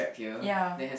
ya